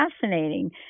fascinating